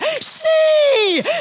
see